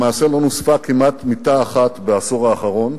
למעשה, לא נוספה כמעט מיטה אחת בעשור האחרון.